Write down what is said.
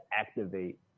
activate